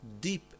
Deep